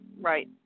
right